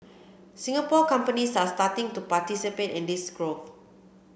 Singapore companies are starting to participate in this growth